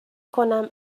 کنم